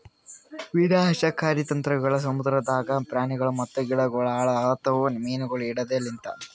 ವಿನಾಶಕಾರಿ ತಂತ್ರಗೊಳ್ ಸಮುದ್ರದಾಂದ್ ಪ್ರಾಣಿಗೊಳ್ ಮತ್ತ ಗಿಡಗೊಳ್ ಹಾಳ್ ಆತವ್ ಮೀನುಗೊಳ್ ಹಿಡೆದ್ ಲಿಂತ್